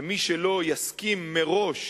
שמי שלא יסכים מראש